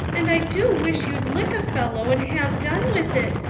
and i do wish you'd lick a fellow and have done with it,